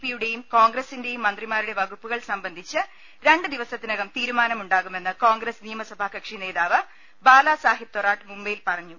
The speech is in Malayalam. പിയുടെയും കോൺഗ്രസിന്റെയും മന്ത്രിമാരുടെ വകുപ്പുകൾ സംബ ന്ധിച്ച് രണ്ടുദിവസത്തിനകം തീരുമാനമുണ്ടാകുമെന്ന് കോൺഗ്രസ് നിയമ സഭാകക്ഷി നേതാവ് ബാലാ സാഹബ് തോറാട്ട് മുംബ്രൈയിൽ പറഞ്ഞു